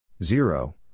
Zero